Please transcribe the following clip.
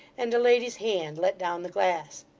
and a lady's hand let down the glass.